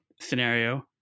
scenario